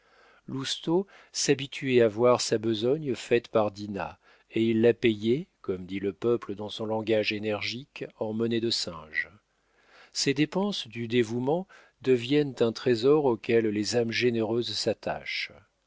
lousteau s'habituait à voir sa besogne faite par dinah et il la payait comme dit le peuple dans son langage énergique en monnaie de singe ces dépenses du dévouement deviennent un trésor auquel les âmes généreuses s'attachent